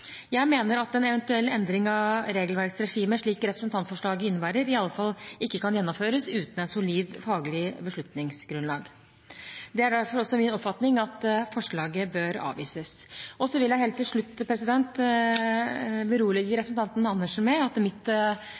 Jeg mener at en eventuell endring av regelverksregime, slik representantforlaget innebærer, i alle fall ikke kan gjennomføres uten et solid faglig beslutningsgrunnlag. Det er derfor også min oppfatning at forslaget bør avvises. Helt til slutt vil jeg berolige representanten Dag Terje Andersen med at